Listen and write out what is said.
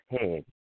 head